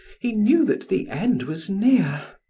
he knew that the end was near.